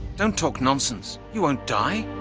don't talk nonsense! you won't die!